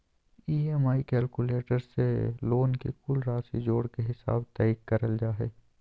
EMI calculator से loan के कुल राशि जोड़ के हिसाब तय करल जा हय